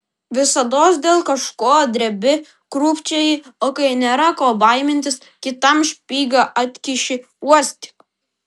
visados dėl kažko drebi krūpčioji o kai nėra ko baimintis kitam špygą atkiši uostyk